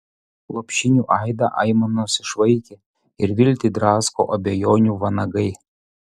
lopšinių aidą aimanos išvaikė ir viltį drasko abejonių vanagai